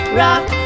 rock